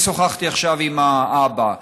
אני שוחחתי עכשיו עם האבא.